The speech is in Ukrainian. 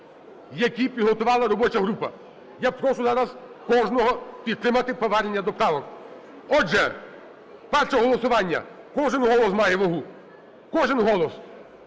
які підготувала робоча група. Я прошу зараз кожного підтримати повернення до правок. Отже, перше голосування. Кожен голос має вагу, кожен голос!